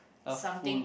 something